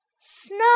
snow